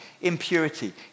impurity